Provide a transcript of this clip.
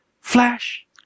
flash